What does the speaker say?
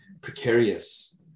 precarious